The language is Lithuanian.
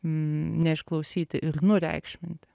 n neišklausyti ir nureikšminti